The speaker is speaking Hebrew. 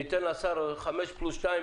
ניתן לשר חמישה חודשים פלוס חודשיים,